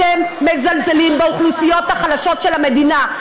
אתם מזלזלים באוכלוסיות החלשות של המדינה.